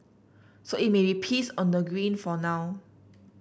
so it may be peace on the green for now